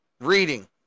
Reading